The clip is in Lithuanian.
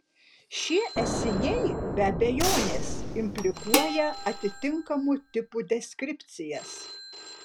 šie esiniai be abejonės implikuoja atitinkamų tipų deskripcijas